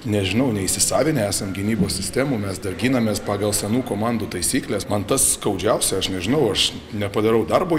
nežinau neįsisavinę esam gynybos sistemų mes dar ginamės pagal senų komandų taisykles man tas skaudžiausia aš nežinau aš nepadarau darbo